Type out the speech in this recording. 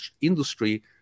industry